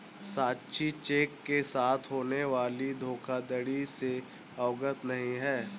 साक्षी cheque के साथ होने वाली धोखाधड़ी से अवगत नहीं है